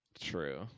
True